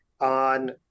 on